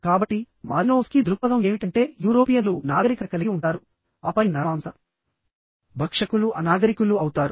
కాబట్టి మాలినోవ్స్కీ దృక్పథం ఏమిటంటే యూరోపియన్లు నాగరికత కలిగి ఉంటారు ఆపై నరమాంస భక్షకులు అనాగరికులు అవుతారు